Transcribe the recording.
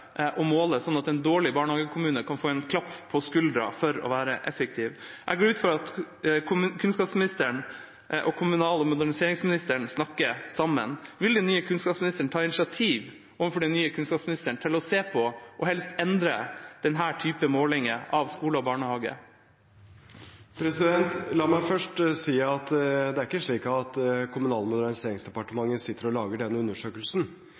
sånn at en dårlig barnehagekommune kan få et klapp på skuldra for å være effektiv. Jeg går ut fra at kunnskapsministeren og kommunal- og moderniseringsministeren snakker sammen. Vil den nye kunnskapsministeren ta initiativ overfor den nye kommunal- og moderniseringsministeren til å se på og helst endre denne typen målinger av skole og barnehage? La meg først si at det er ikke slik at Kommunal- og moderniseringsdepartementet sitter og lager denne undersøkelsen.